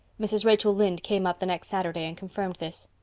mrs. rachel lynde came up the next saturday and confirmed this.